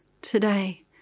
today